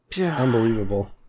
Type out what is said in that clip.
Unbelievable